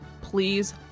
please